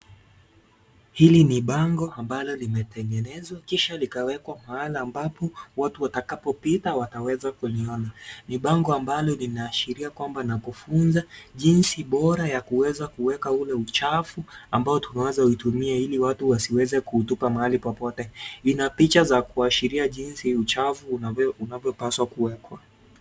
Hili ni bango ambalo limetengenezwa kisha likawekwa pahala ambapo watu watakapopita wataweza kuliona. Ni bango ambalo linaashiria kwamba na kufunza jinsi bora ya kuweza kuweka ule uchafu, ambao tunaweza utumia ili watu wasiweze kuutupa mahali popote. Ina picha za kuashiria jinsi uchafu unavyopaswa kuwekwa.